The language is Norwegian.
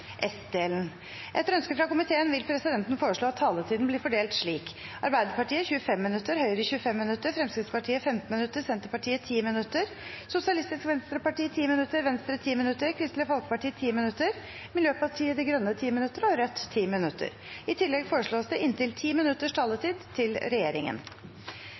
16. Etter ønske fra finanskomiteen vil presidenten foreslå at taletiden blir fordelt slik: Arbeiderpartiet 25 minutter, Høyre 25 minutter, Fremskrittspartiet 15 minutter, Senterpartiet 10 minutter, Sosialistisk Venstreparti 10 minutter, Venstre 10 minutter, Kristelig Folkeparti 10 minutter, Miljøpartiet De Grønne 10 minutter og Rødt 10 minutter. I tillegg foreslås det inntil 10 minutters taletid til medlemmer av regjeringen.